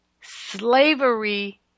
slavery